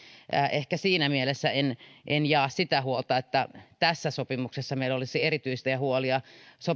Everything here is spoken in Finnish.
ehkä siinä mielessä en en jaa sitä huolta että tässä sopimuksessa meillä olisi erityisiä huolia